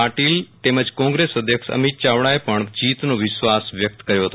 પાટિલ તેમજ કોગ્રેસ અધ્યક્ષ અમિત યાવડા પણ જીત વિશ્વાસ વ્યક્ત કર્યો હતો